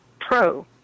Pro